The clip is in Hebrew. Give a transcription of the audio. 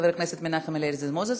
של חבר הכנסת מנחם אליעזר מוזס,